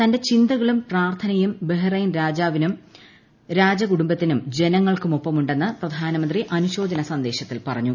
തന്റെ ചിന്തകളും പ്രാർത്ഥനയും ബഹ്റൈൻ രാജാവിനും രാജകുടുംബത്തിനും ജനങ്ങൾക്കും ഒപ്പമുണ്ടെന്ന് പ്രധാനമന്ത്രി അനുശോചന സന്ദേശത്തിൽ പറഞ്ഞു